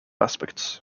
aspects